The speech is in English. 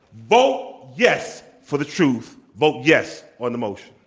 vote yes for the truth. vote yes on the motion.